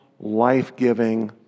life-giving